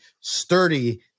sturdy